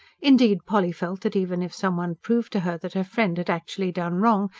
indeed, polly felt that even if some one proved to her that her friend had actually done wrong,